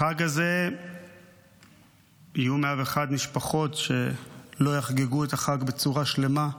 בחג הזה יהיו 101 משפחות שלא יחגגו את החג בצורה שלמה.